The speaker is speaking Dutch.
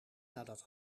nadat